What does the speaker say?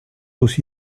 aussi